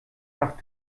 nach